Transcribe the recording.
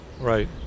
Right